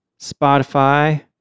Spotify